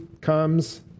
comes